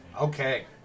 okay